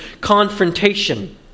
confrontation